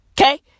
Okay